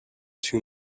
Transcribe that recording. too